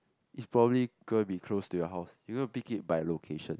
it's probably gonna be close to your house you're gonna pick it by location